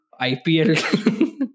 IPL